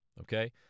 Okay